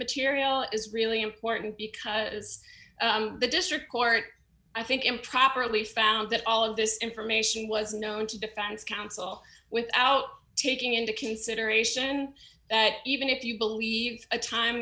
material is really important because as the district court i think improperly found that all of this information was known to defense counsel without taking into consideration that even if you believe a time